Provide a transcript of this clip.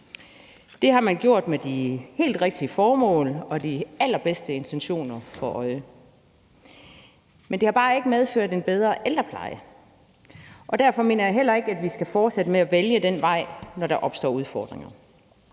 Det har man gjort med de helt rigtige formål og de allerbedste intentioner for øje. Men det har bare ikke medført en bedre ældrepleje, og derfor mener jeg heller ikke, at vi skal fortsætte med at vælge den vej, når der opstår udfordringer.